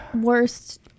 worst